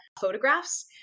photographs